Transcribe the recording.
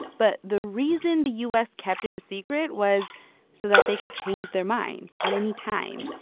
but the reason the u s. kept it a secret was so that they could change their minds at any time.